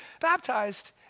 baptized